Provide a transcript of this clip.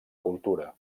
cultura